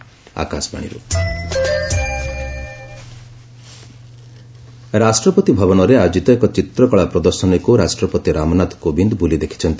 president exhibition ରାଷ୍ଟ୍ରପତି ଭବନରେ ଆୟୋଜିତ ଏକ ଚିତ୍ରକଳା ପ୍ରଦର୍ଶନୀକୁ ରାଷ୍ଟ୍ରପତି ରାମନାଥ କୋବିନ୍ଦ ବୁଲି ଦେଖିଛନ୍ତି